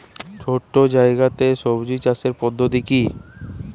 ছোট্ট জায়গাতে সবজি চাষের পদ্ধতিটি কী?